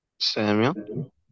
Samuel